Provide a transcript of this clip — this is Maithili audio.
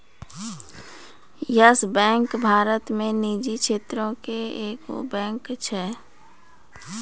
यस बैंक भारत मे निजी क्षेत्रो के एगो बैंक छै